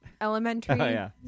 elementary